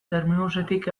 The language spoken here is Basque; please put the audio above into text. termibusetik